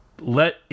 let